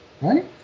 right